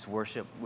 worship